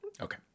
Okay